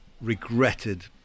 regretted